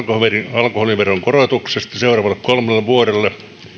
alkoholiveron korotuksesta seuraavalle kolmelle vuodelle